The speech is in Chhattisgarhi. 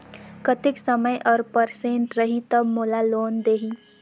कतेक समय और परसेंट रही तब मोला लोन देही?